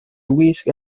wisg